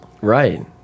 right